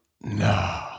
no